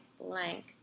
blank